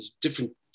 different